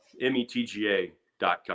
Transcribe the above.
METGA.com